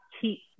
keep